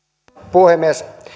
puhemies